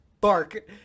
bark